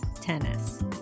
tennis